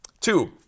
Two